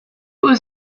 was